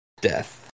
death